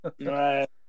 Right